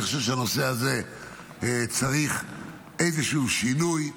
אני חושב שהנושא הזה צריך איזשהו שינוי,